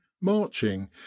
marching